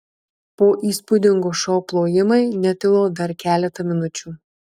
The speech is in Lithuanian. po įspūdingo šou plojimai netilo dar keletą minučių